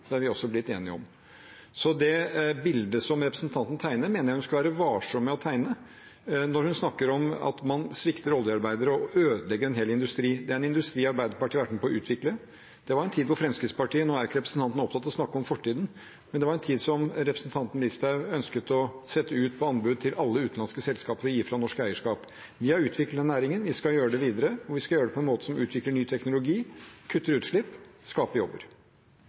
Det har vi altså blitt enige om. Så det bildet som representanten tegner, når hun snakker om at man svikter oljearbeiderne og ødelegger en hel industri, mener jeg hun skal være varsom med å tegne. Det er en industri Arbeiderpartiet har vært med på å utvikle. Det var en tid – nå er ikke representanten opptatt av å snakke om fortiden – men det var en tid da Fremskrittspartiet og representanten Listhaug ønsket å sette dette ut på anbud til utenlandske selskaper og gi fra seg norsk eierskap. Vi har utviklet den næringen. Vi skal gjøre det videre. Vi skal gjøre det på en måte som utvikler ny teknologi, kutter utslipp og skaper jobber.